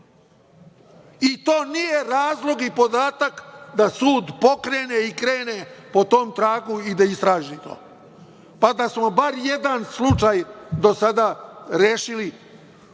i to nije razlog i podatak da sud pokrene i krene po tom tragu i da istraži to. Pa, da smo bar jedan slučaj do sada rešili,